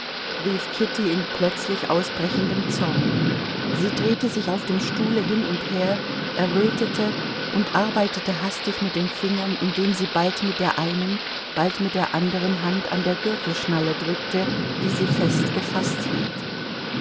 rief kitty in plötzlich ausbrechendem zorn sie drehte sich auf dem stuhle hin und her errötete und arbeitete hastig mit den fingern indem sie bald mit der einen bald mit der anderen hand an der gürtelschnalle drückte die sie fest gefaßt hielt